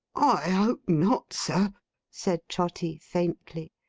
i hope not, sir said trotty, faintly.